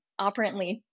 operantly